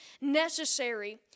necessary